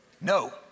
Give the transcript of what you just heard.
No